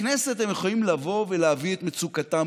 לכנסת הם יכולים לבוא ולהביא את מצוקתם.